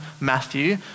Matthew